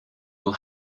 will